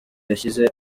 yashyize